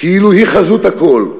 כאילו היא חזות הכול,